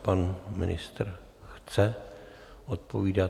Pan ministr chce odpovídat.